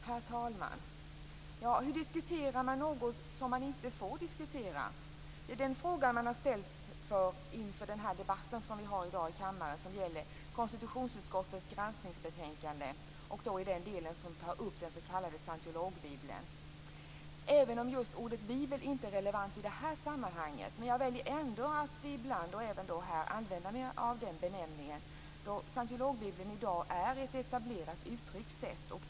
Herr talman! Hur diskuterar man något som man inte får diskutera? Det frågar man sig inför den här debatten i dag i kammaren som gäller konstitutionsutskottets granskningsbetänkande i den delen som tar upp den s.k. scientologbibeln. Även om just ordet bibel inte är relevant i det här sammanhanget väljer jag ändå att använda mig av den benämningen då scientologbibeln i dag är ett etablerat uttryckssätt.